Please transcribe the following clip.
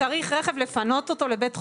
צריך רכב לפנות אותו לבית החולים?